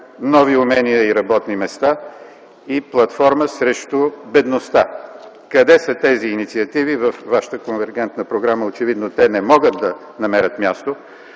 нови умения и работни места и платформа срещу бедността. Къде са тези инициативи във вашата конвергентна програма? Очевидно те не могат да намерят място